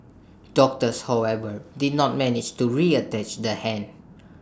doctors however did not manage to reattach the hand